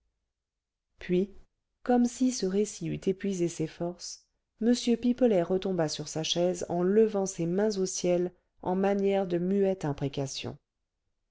puis comme si ce récit eût épuisé ses forces m pipelet retomba sur sa chaise en levant ses mains au ciel en manière de muette imprécation